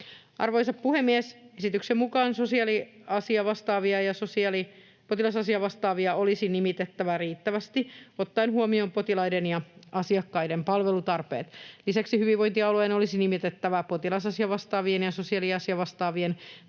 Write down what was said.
Arvoisa puhemies! Esityksen mukaan sosiaaliasiavastaavia ja potilasasiavastaavia olisi nimitettävä riittävästi ottaen huomioon potilaiden ja asiakkaiden palvelutarve. Lisäksi hyvinvointialueen olisi nimitettävä potilasasiavastaavien ja sosiaaliasiavastaavien toiminnalle